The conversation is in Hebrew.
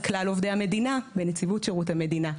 כלל עובדי המדינה בנציבות שירות המדינה.